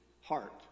heart